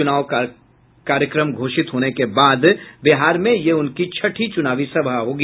चुनाव कार्यक्रम घोषित होने के बाद बिहार में यह उनकी छठी चूनावी सभा होगी